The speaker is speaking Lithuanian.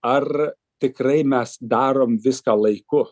ar tikrai mes darom viską laiku